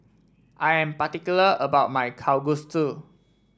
I am particular about my Kalguksu